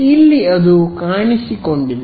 ಇಲ್ಲಿ ಅದು ಕಾಣಿಸಿಕೊಂಡಿದೆ